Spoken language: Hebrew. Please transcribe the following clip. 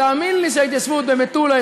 תאמין לי שההתיישבות במטולה,